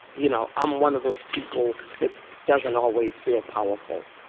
you know, i'm one of those people that doesn't always feel powerful.